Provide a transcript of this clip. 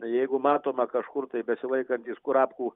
jeigu matoma kažkur tai besilaikantis kurapkų